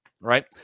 right